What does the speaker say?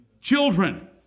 children